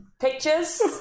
pictures